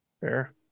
Fair